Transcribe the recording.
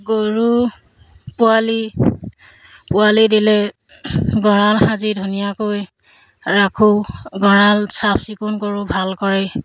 গৰু পোৱালি পোৱালি দিলে গড়াল সাজি ধুনীয়াকৈ ৰাখোঁ গড়াল চাফচিকুণ কৰোঁ ভালকৰি